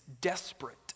desperate